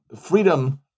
freedom